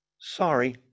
Sorry